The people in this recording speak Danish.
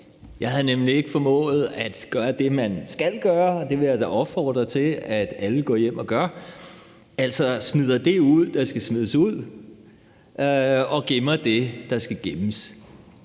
Jeg havde nemlig ikke formået at gøre det, man skal gøre, og det vil jeg da opfordre til, at alle går hjem og gør, altså smider det ud, der skal smides ud, og gemmer det, der skal gemmes.